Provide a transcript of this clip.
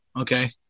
Okay